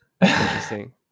Interesting